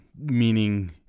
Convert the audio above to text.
meaning